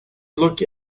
look